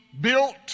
built